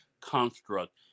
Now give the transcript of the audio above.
construct